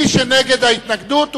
מי שנגד ההתנגדות,